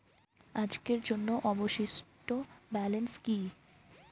আজকের জন্য অবশিষ্ট ব্যালেন্স কি?